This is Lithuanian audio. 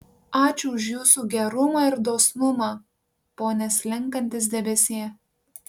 ačiū už jūsų gerumą ir dosnumą pone slenkantis debesie